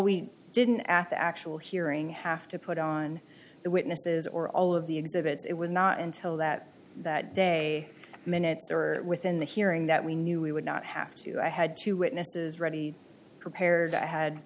we didn't at the actual hearing have to put on the witnesses or all of the exhibits it was not until that that day minutes or within the hearing that we knew we would not have to i had two witnesses ready prepared i had